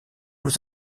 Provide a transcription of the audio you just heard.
aux